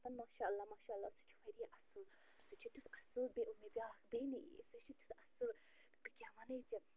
ماشاء اللہ ماشاء اللہ سُہ چھُ وارِیاہ اصٕل سُہ چھُ تیُتھ اصٕل بیٚیہِ اوٚن مےٚ بیٛاکھ بیٚنہِ سُہ چھُ تیُتھ اصٕل بہٕ کیٛاہ وَنَے ژےٚ